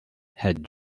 had